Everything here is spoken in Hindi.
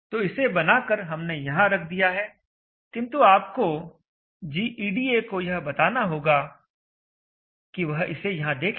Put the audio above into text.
तो इसे बना कर हमने यहां रख दिया है किंतु आपको gEDA को यह बताना होगा कि वह इसे यहां देखें